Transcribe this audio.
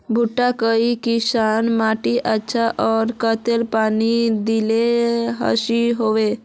भुट्टा काई किसम माटित अच्छा, आर कतेला पानी दिले सही होवा?